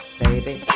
baby